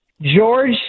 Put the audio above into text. George